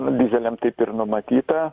nu dyzeliam taip ir numatyta